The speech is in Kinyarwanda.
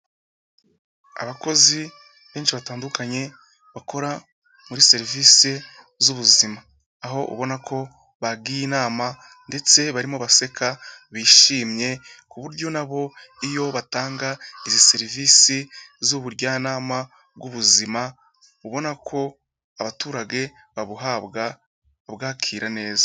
Abakozi benshi batandukanye bakora muri serivisi z'ubuzima, aho ubona ko bagiye inama ndetse barimo baseka bishimye, ku buryo nabo iyo batanga izi serivisi z'ubujyanama bw'ubuzima ubona ko abaturage babuhabwa babwakira neza.